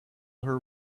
her